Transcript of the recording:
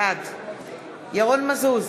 בעד ירון מזוז,